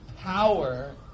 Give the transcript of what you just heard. power